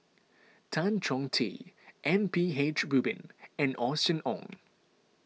Tan Chong Tee M P H Rubin and Austen Ong